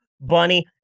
bunny